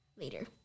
later